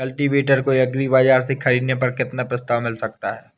Cultivator को agri बाजार से ख़रीदने पर कितना प्रस्ताव मिल सकता है?